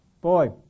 Boy